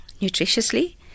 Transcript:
nutritiously